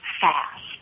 fast